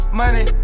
money